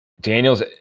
Daniels